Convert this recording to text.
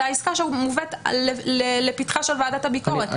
זו העסקה שמובאת לפתחה של ועדת הביקורת,